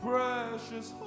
Precious